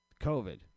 COVID